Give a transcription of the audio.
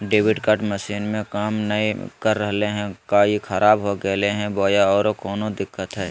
Debit card machine में काम नाय कर रहले है, का ई खराब हो गेलै है बोया औरों कोनो दिक्कत है?